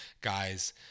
guys